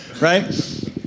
right